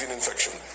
infection